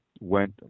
Went